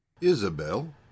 Isabel